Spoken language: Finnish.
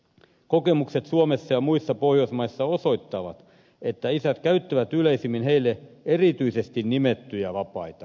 kokemukset suomessa ja muissa pohjoismaissa osoittavat että isät käyttävät yleisimmin heille erityisesti nimettyjä vapaita